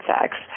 sex